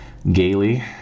Gaily